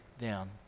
down